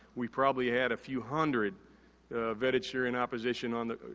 we probably had a few hundred vetted syrian opposition on the,